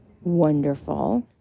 wonderful